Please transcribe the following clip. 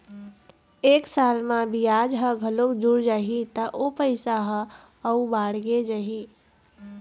एक साल म बियाज ह घलोक जुड़ जाही त ओ पइसा ह अउ बाड़गे जाही